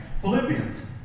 Philippians